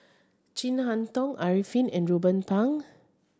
Chin Harn Tong Arifin and Ruben Pang